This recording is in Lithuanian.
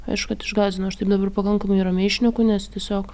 aišku kad išgąsdino aš taip dabar pakankamai ramiai šneku nes tiesiog